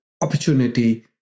opportunity